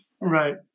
Right